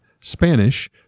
Spanish